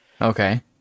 Okay